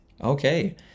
Okay